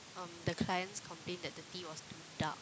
the clients complain that the tea was too dark